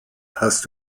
hast